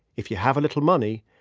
if you have a little money,